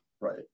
right